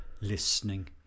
listening